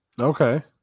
Okay